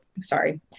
sorry